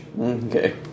Okay